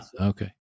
Okay